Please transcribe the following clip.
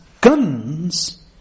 guns